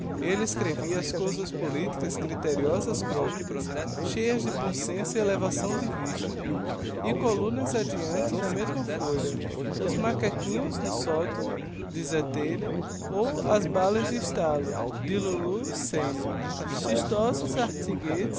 elle escrevia as cousas politicas criteriosas chronicas cheias de bom senso e elevação de vista e columnas adeante na mesma folha os macaquinhos no sctão de zé telha ou as bafas de estalo y de lulu senior